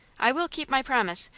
i will keep my promise.